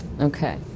Okay